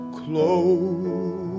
close